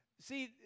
see